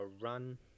run